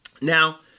Now